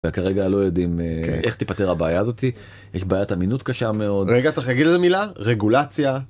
כרגע לא יודעים איך תיפתר הבעיה הזאתי יש בעיית אמינות קשה מאוד רגע צריך להגיד איזה מילה - רגולציה.